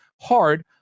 hard